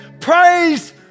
Praise